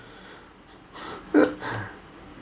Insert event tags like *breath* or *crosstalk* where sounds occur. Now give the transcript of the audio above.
*breath* *laughs*